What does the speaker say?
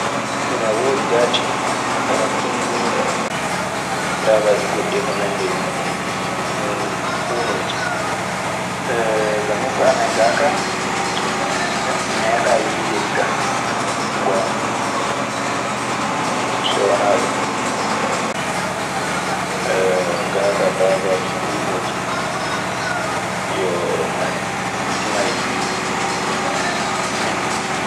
Ana woodi jaati, hono penguyin'en daabaaji goɗɗi eko nanndi e muuɗum. Nokku amen gaaka mi meeɗaali yiideɗi gaa so ngoonga. So wanaa ɗun gaa kaa daabaaji kuunooji yoo nagge, nay.